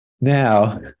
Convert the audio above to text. now